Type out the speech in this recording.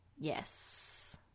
Yes